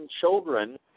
children